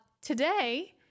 Today